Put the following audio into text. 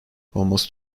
almost